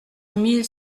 mille